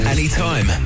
Anytime